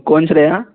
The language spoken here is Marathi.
कोण श्रेया